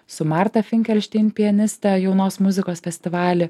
su marta finkelštein pianiste jaunos muzikos festivaly